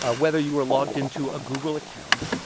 ah whether you were logged in to a google account.